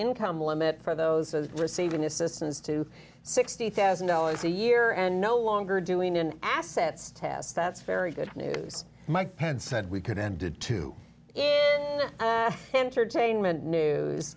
income limit for those receiving assistance to sixty thousand dollars a year and no longer doing in assets test that's very good news mike pence said we could and did to entertainment news